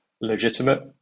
legitimate